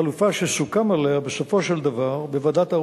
החלופה שסוכם עליה בסופו של דבר בוועדת העורכים,